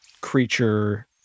creature